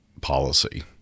policy